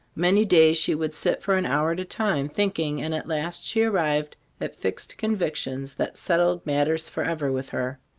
many days she would sit for an hour at a time, thinking, and at last she arrived at fixed convictions that settled matters forever with her.